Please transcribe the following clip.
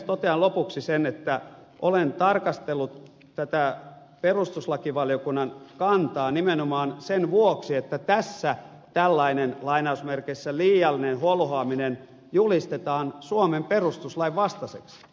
totean lopuksi sen että olen tarkastellut tätä perustuslakivaliokunnan kantaa nimenomaan sen vuoksi että tässä tällainen lainausmerkeissä liiallinen holhoaminen julistetaan suomen perustuslain vastaiseksi